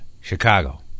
Chicago